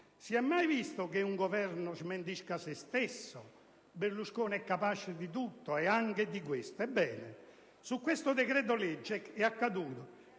Si è mai visto che un Governo smentisca se stesso? Berlusconi è capace di tutto, anche di questo. Ebbene, su questo decreto-legge è accaduto: